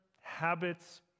habits